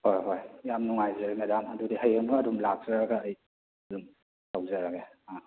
ꯍꯣꯏ ꯍꯣꯏ ꯌꯥꯝ ꯅꯨꯡꯉꯥꯏꯖꯔꯦ ꯃꯦꯗꯥꯝ ꯑꯗꯨꯗꯤ ꯍꯌꯦꯡꯃꯛ ꯑꯗꯨꯝ ꯂꯥꯛꯆꯔꯒ ꯑꯩ ꯑꯗꯨꯝ ꯇꯧꯖꯔꯒꯦ ꯑꯥ